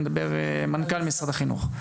אני מדבר על מנכ"ל משרד החינוך.